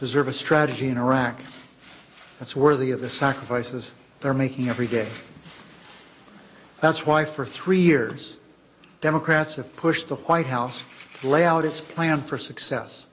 deserve a strategy in iraq that's worthy of the sacrifices they're making every day that's why for three years democrats have pushed the white house to lay out its plan for success